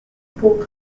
punk